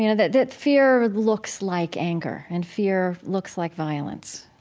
you know that that fear but looks like anger and fear looks like violence.